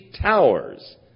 towers